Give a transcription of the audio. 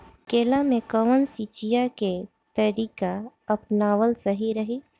केला में कवन सिचीया के तरिका अपनावल सही रही?